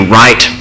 right